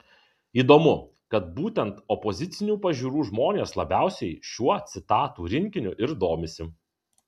įdomu kad būtent opozicinių pažiūrų žmonės labiausiai šiuo citatų rinkiniu ir domisi